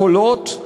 "חולות".